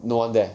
no one there